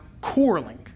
quarreling